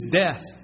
death